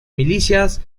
milicias